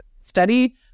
study